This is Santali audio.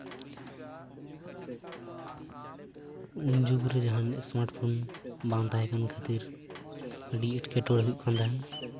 ᱩᱱ ᱡᱩᱜᱽ ᱨᱮ ᱡᱟᱦᱟᱱ ᱮᱥᱢᱟᱴ ᱯᱷᱳᱱ ᱵᱟᱝ ᱛᱟᱦᱮᱠᱟᱱ ᱠᱷᱟᱹᱛᱤᱨ ᱟᱹᱰᱤ ᱮᱴᱠᱮᱴᱚᱬᱮ ᱦᱩᱭᱩᱜ ᱠᱟᱱ ᱛᱟᱦᱮᱱᱟ